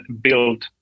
build